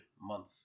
month